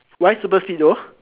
why super speed though